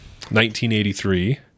1983